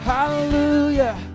Hallelujah